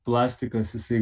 plastikas jisai